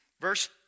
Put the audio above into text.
Verse